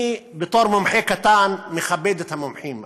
אני, בתור מומחה קטן, מכבד את המומחים.